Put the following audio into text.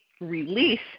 release